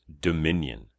Dominion